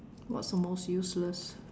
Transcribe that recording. what's the most useless